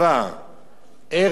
ארץ נחלי מים